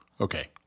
Okay